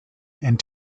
and